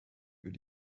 wird